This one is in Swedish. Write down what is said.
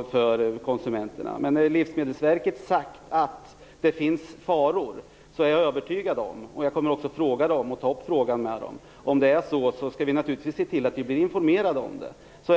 för konsumenterna. Livsmedelsverket har sagt att det finns faror. Jag kommer att ta upp frågan med dem. Är det så skall vi naturligtvis se till att vi blir informerade.